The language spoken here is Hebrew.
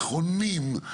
נכונים,